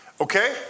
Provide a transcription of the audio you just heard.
Okay